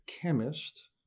chemist